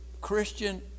Christian